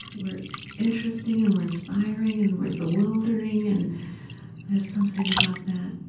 we're interesting, and we're inspiring, and we're bewildering, and there's something about that,